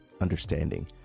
understanding